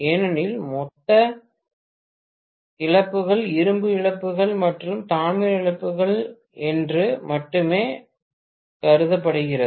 ஏனெனில் மொத்த இழப்புகள் இரும்பு இழப்புகள் மற்றும் தாமிர இழப்புகள் என்று மட்டுமே கருதப்படுகிறது